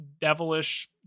devilish